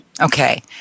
Okay